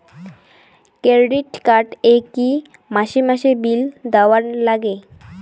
Credit card এ কি মাসে মাসে বিল দেওয়ার লাগে?